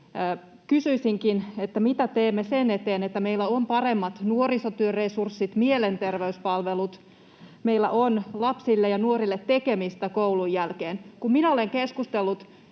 Kysyinkin: mitä teemme sen eteen, että meillä olisi paremmat nuorisotyöresurssit, mielenterveyspalvelut, meillä olisi lapsille ja nuorille tekemistä koulun jälkeen? Kun minä olen keskustellut